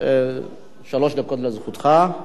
שלוש דקות לרשותך.